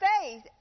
faith